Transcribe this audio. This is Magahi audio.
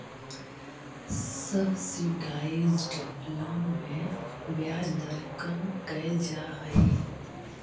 सब्सिडाइज्ड लोन में ब्याज दर कम कैल जा हइ